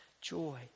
joy